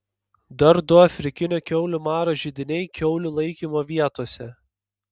dar du afrikinio kiaulių maro židiniai kiaulių laikymo vietose